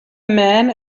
man